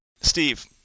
Steve